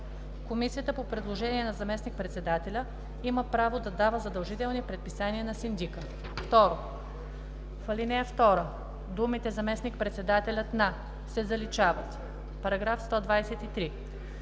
„Комисията по предложение на заместник-председателя има право да дава задължителни предписания на синдика“. 2. В ал. 2 думите „заместник-председателят на“ се заличават.“